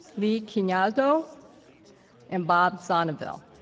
lee quignano, and bob zonneville.